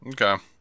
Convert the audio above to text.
Okay